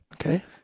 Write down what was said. Okay